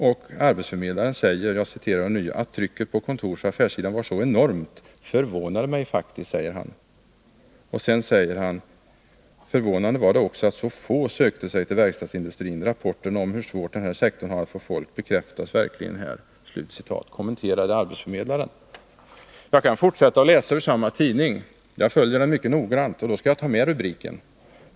Och arbetsförmedlaren säger: ”Att trycket på kontorsoch affärssidan var så enormt, förvånade mig faktiskt.” Vidare säger han: ”Förvånande var det också, att så få sökte sig till verkstadsindustrin. Rapporterna om hur svårt den sektorn har att få folk, bekräftades verkligen här.” Jag kan fortsätta att läsa ur samma tidning — jag följer den mycket noggrant.